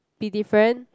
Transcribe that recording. be different